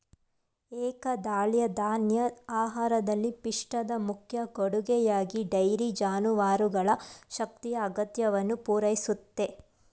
ಏಕದಳಧಾನ್ಯ ಆಹಾರದಲ್ಲಿ ಪಿಷ್ಟದ ಮುಖ್ಯ ಕೊಡುಗೆಯಾಗಿ ಡೈರಿ ಜಾನುವಾರುಗಳ ಶಕ್ತಿಯ ಅಗತ್ಯವನ್ನು ಪೂರೈಸುತ್ತೆ